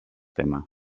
tema